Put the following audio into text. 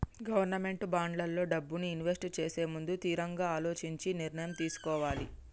government బాండ్లల్లో డబ్బుని invest చేసేముందు తిరంగా అలోచించి నిర్ణయం తీసుకోవాలే